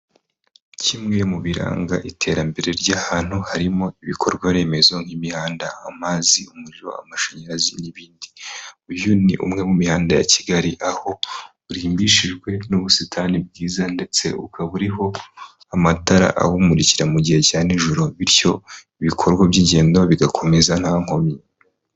Kimwe mu biranga iterambere ry'ahantu harimo ibikorwa remezo nk'imihanda, amazi, umuriro, amashanyarazi n'ibindi, uyu ni umwe mu mihanda ya Kigali aho urimbishijwe n'ubusitani bwiza ndetse ukaba uriho amatara awumurikira mu gihe cya nijoro bityo ibikorwa by'ingendo bigakomeza nta nkomyi.